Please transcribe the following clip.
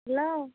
hello